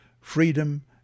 freedom